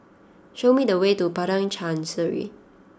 show me the way to Padang Chancery